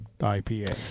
IPA